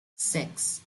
six